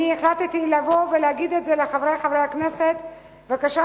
החלטתי לבוא ולהגיד את זה לחברי חברי הכנסת: בבקשה,